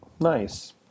Nice